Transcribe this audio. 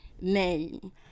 name